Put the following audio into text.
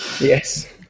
Yes